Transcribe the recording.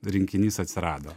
rinkinys atsirado